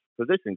position